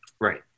Right